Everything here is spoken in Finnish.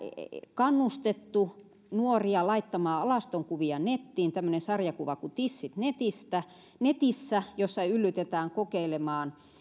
kannustettu nuoria laittamaan alastonkuvia nettiin on tämmöinen sarjakuva kuin tissit netissä jossa yllytetään kokeilemaan